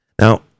Now